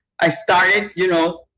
i started, you know,